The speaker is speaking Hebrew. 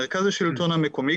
מרכז השלטון המקומי,